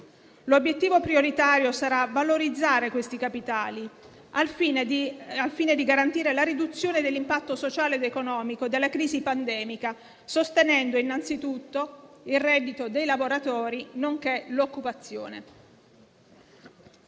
l'obiettivo prioritario sarà valorizzare questi capitali, al fine di garantire la riduzione dell'impatto sociale ed economico della crisi pandemica, sostenendo innanzitutto il reddito dei lavoratori, nonché l'occupazione.